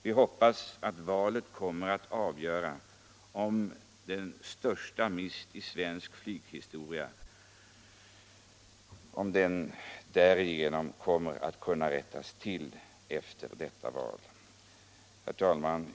Vi hoppas att valet i höst kommer att medföra att den största missen i svensk flyghistoria kan rättas till. Herr talman!